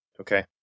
Okay